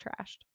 trashed